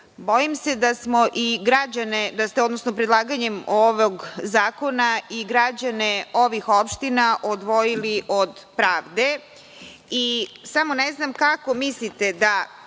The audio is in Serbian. Bojim se da smo predlaganjem ovog zakona i građane ovih opština odvojili od pravde.